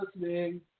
listening